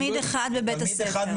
תלמיד אחד בבית ספר.